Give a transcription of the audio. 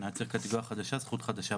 היה צריך קטגוריה חדשה,